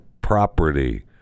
property